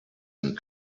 and